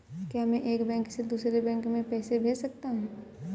क्या मैं एक बैंक से दूसरे बैंक में पैसे भेज सकता हूँ?